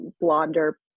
blonder